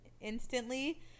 instantly